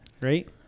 right